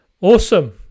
awesome